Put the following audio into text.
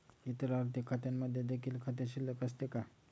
इतर आर्थिक खात्यांमध्ये देखील खाते शिल्लक असते का?